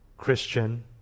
Christian